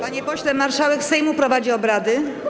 Panie pośle, marszałek Sejmu prowadzi obrady.